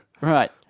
Right